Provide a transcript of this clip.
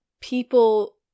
people